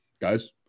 guys